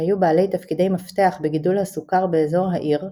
שהיו בעלי תפקידי מפתח בגידול הסוכר באזור העיר,